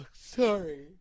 Sorry